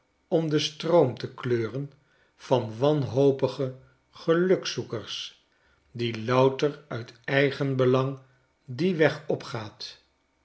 om den stroom te kleuren van wanhopige gelukzoekers die louter uit eigenbelang dien weg opgaat